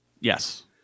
Yes